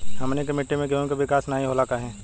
हमनी के मिट्टी में गेहूँ के विकास नहीं होला काहे?